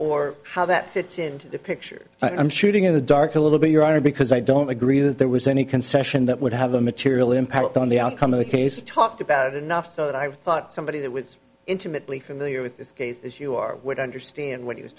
or how that fits into the picture i'm shooting in the dark a little bit your honor because i don't agree that there was any concession that would have a material impact on the outcome of the case talked about enough so that i thought somebody that was intimately familiar with this as you are would understand what he was